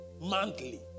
monthly